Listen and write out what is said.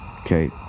Okay